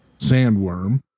sandworm